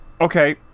Okay